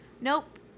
Nope